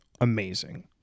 amazing